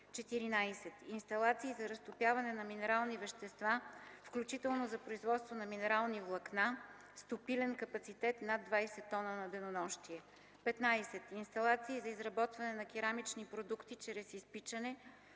14. Инсталации за разтопяване на минерални вещества, включително за производство на минерални влакна, с топилен капацитет над 20 т на денонощие. 15. Инсталации за изработване на керамични продукти чрез изпичане,